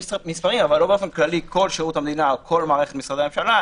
אבל לא באופן כללי כל שירות המדינה או כל מערכת משרדי הממשלה,